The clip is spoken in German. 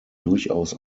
durchaus